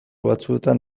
batzuetan